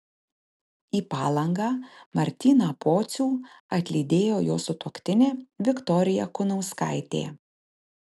į palangą martyną pocių atlydėjo jo sutuoktinė viktorija kunauskaitė